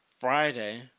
Friday